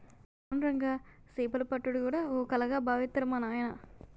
అవును రంగా సేపలు పట్టుడు గూడా ఓ కళగా బావిత్తరు మా నాయిన